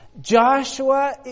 Joshua